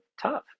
tough